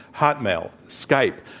hotmail, skype.